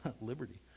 liberty